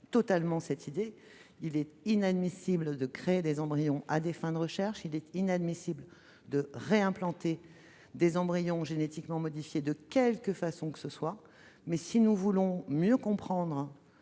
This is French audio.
partage l'idée qu'il est inadmissible de créer des embryons à des fins de recherche, tout comme il est inadmissible de réimplanter des embryons génétiquement modifiés, de quelque façon que ce soit. Néanmoins, si nous voulons mieux comprendre